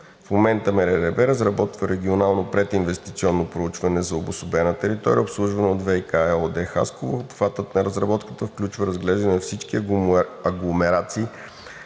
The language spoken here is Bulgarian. В момента МРРБ разработва регионално прединвестиционно проучване за обособена територия, обслужвана от ВиК ЕООД – Хасково. Обхватът на разработката включва разглеждане на всички агломерации,